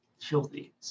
filthy